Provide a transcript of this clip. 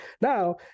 Now